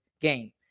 game